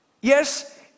yes